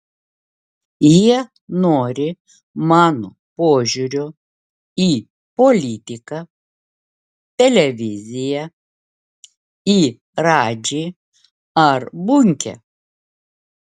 jie nori mano požiūrio į politiką televiziją į radžį ar bunkę